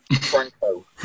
Franco